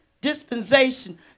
dispensation